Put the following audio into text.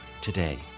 today